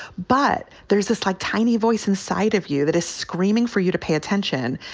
but there's this like tiny voice inside of you that is screaming for you to pay attention,